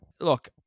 Look